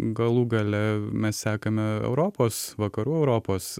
galų gale mes sekame europos vakarų europos